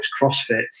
crossfit